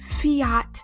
fiat